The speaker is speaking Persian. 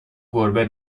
گربه